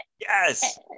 Yes